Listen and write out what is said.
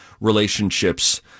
relationships